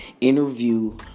interview